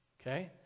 Okay